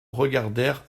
regardèrent